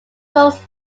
books